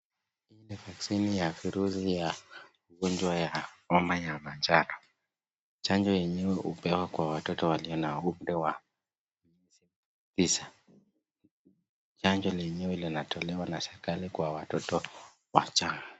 Hii ni vaccine ya virusi ya ugonjwa ya homa ya manjano. Chanjo yenyewe hupewa kwa watoto walio na weupe wa tisa. Chanjo lenyewe linatolewa na serikali kwa watoto wachanga.